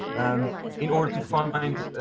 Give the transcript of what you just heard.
and in order to find,